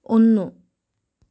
ഒന്നു